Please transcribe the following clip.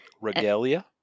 Regalia